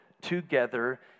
together